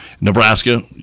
nebraska